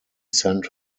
sent